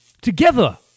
together